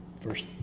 first